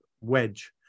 wedge